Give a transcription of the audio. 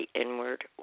inward